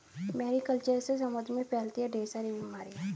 Mary culture से समुद्र में फैलती है ढेर सारी बीमारियां